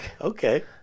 Okay